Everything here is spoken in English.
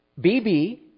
BB